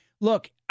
look